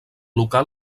local